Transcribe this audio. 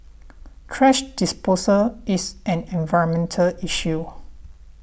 thrash disposal is an environmental issue